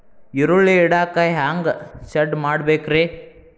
ಈರುಳ್ಳಿ ಇಡಾಕ ಹ್ಯಾಂಗ ಶೆಡ್ ಮಾಡಬೇಕ್ರೇ?